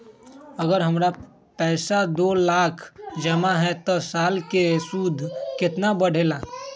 अगर हमर पैसा दो लाख जमा है त साल के सूद केतना बढेला?